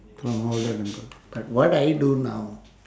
from all I recollect but what do I do now